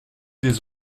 des